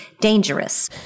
dangerous